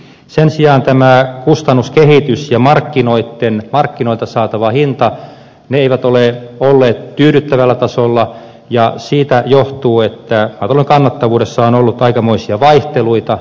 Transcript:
sen sijaan tämä kustannuskehitys ja markkinoilta saatava hinta eivät ole olleet tyydyttävällä tasolla ja siitä johtuu että maatalouden kannattavuudessa on ollut aikamoisia vaihteluita